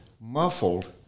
muffled